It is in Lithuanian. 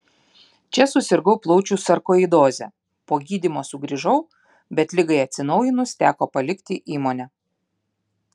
čia susirgau plaučių sarkoidoze po gydymo sugrįžau bet ligai atsinaujinus teko palikti įmonę